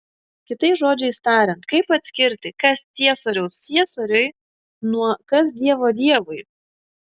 kitais žodžiais tariant kaip atskirti kas ciesoriaus ciesoriui nuo kas dievo dievui